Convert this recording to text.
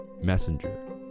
messenger